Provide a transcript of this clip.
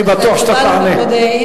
אני בטוח שאתה תענה.